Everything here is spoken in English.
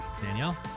Danielle